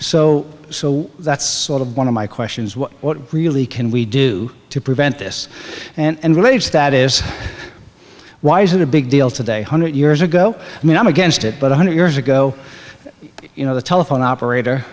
so so that's sort of one of my questions what really can we do to prevent this and rage that is why is it a big deal today hundred years ago i mean i'm against it but one hundred years ago you know the telephone operator